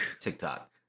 TikTok